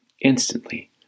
Instantly